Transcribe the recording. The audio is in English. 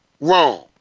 wrong